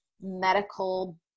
medical